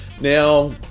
Now